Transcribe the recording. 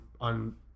on